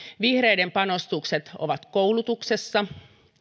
vihreiden panostukset ovat koulutuksessa